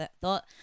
thought